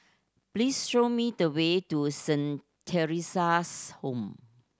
please show me the way to Saint Theresa's Home